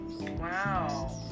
Wow